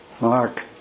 Mark